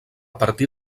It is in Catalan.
partir